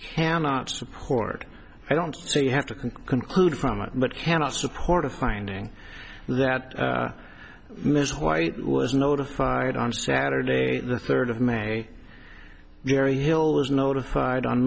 cannot support i don't have to can conclude from it but cannot support a finding that ms white was notified on saturday the third of may vary hill was notified on